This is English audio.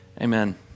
Amen